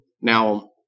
Now